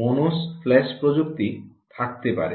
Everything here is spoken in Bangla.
মনোস ফ্ল্যাশ প্রযুক্তি থাকতে পারে